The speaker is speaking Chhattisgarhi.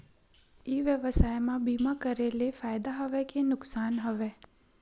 ई व्यवसाय म बीमा करे ले फ़ायदा हवय के नुकसान हवय?